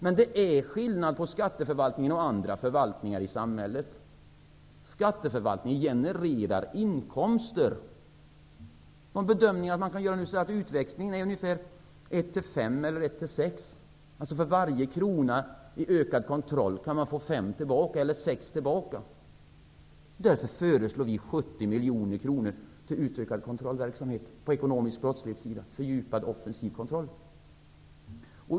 Men det är skillnad på skatteförvaltningen och andra förvaltningar i samhället. Skatteförvaltningen genererar inkomster. De bedömningar som kan göras visar att utväxlingen är ungefär 1 6. För varje krona i ökad kontroll kan man få 5 eller 6 kr tillbaka. Vi föreslår 70 miljoner kronor till utökad kontrollverksamhet när det gäller ekonomisk brottslighet -- fördjupad offensiv kontroll.